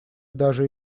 даже